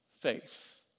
faith